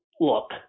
look